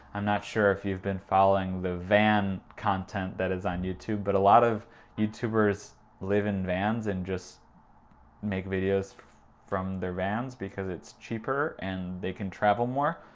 i'm not sure if you've been following the van content that is on youtube, but a lot of youtubers live in vans and just make videos from their vans because it's cheaper and they can travel more,